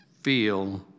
feel